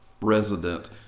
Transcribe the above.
resident